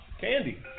Candy